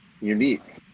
unique